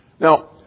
Now